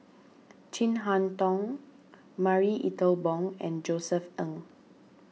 Chin Harn Tong Marie Ethel Bong and Josef Ng